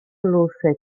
luze